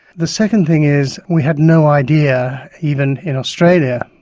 the second thing is we had no idea, even in australia,